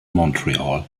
montreal